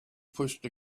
pushed